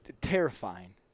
terrifying